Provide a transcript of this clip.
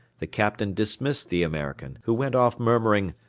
the captain dismissed the american, who went off murmuring,